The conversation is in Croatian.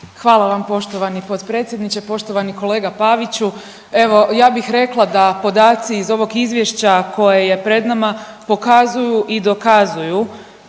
Hvala vam poštovani potpredsjedniče, poštovani kolega Paviću. Evo ja bih rekla da podaci iz ovog izvješća koje je pred nama pokazuju i dokazuju